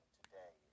today